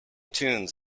tunes